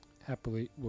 happily